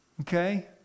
Okay